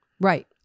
Right